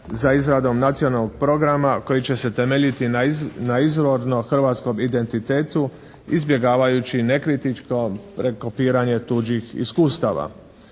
za izradom Nacionalnog programa koji će se temeljiti na izvorno hrvatskom identitetu izbjegavajući ne kritičko rekopiranje tuđih iskustava.